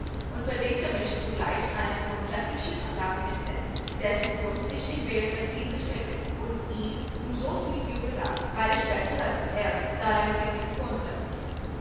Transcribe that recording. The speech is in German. und verdingte mich zugleich einem vortrefflichen lautenisten dessen kunst ich in bälde ziemlich begriff und ihn um so viel übertraf weil ich besser als er darein singen konnte